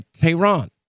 Tehran